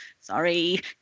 sorry